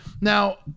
Now